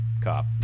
cop